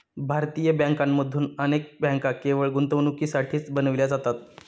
भारतीय बँकांमधून अनेक बँका केवळ गुंतवणुकीसाठीच बनविल्या जातात